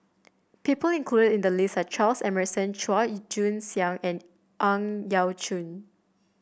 people included in the list are Charles Emmerson Chua Joon Siang and Ang Yau Choon